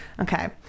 Okay